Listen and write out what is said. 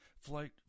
Flight